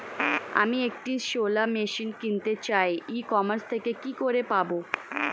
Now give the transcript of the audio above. আমি একটি shallow machine কিনতে চাই ই কমার্স থেকে কি করে পাবো?